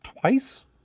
twice